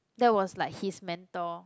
that was like his mentor